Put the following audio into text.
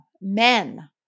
men